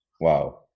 wow